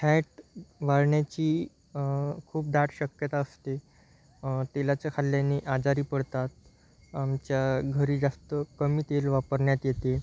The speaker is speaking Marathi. फॅट वाळण्याची खूप दाट शक्यता असते तेलाचं खाल्ल्याने आजारी पडतात आमच्या घरी जास्त कमी तेल वापरण्यात येते